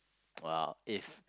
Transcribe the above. !wow! if